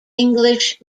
english